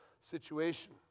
situation